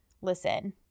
listen